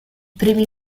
primi